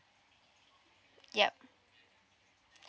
yup